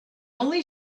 only